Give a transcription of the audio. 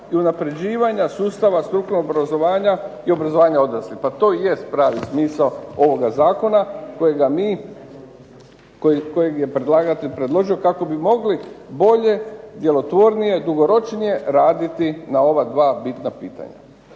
i unapređivanja sustava strukovnog obrazovanja i obrazovanja odraslih." Pa to i jest pravi smisao ovoga zakona kojeg je predlagatelj predložio kako bi mogli bolje, djelotvornije, dugoročnije raditi na ova 2 bitna pitanja.